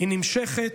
היא נמשכת.